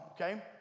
okay